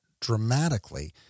dramatically